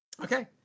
Okay